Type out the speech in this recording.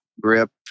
grip